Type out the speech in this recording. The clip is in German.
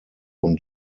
und